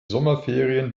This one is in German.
sommerferien